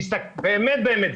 באמת באמת,